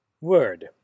Word